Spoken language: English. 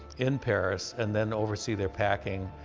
in paris, and then oversee their packing.